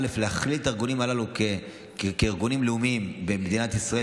להכליל את הארגונים הללו כארגונים לאומיים במדינת ישראל,